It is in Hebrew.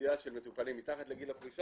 אוכלוסייה של מטופלים מתחת לגיל הפרישה